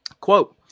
Quote